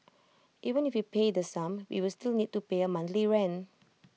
even if we pay the sum we will still need to pay A monthly rent